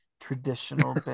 traditional